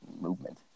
movement